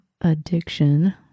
addiction